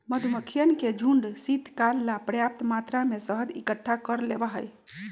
मधुमक्खियन के झुंड शीतकाल ला पर्याप्त मात्रा में शहद इकट्ठा कर लेबा हई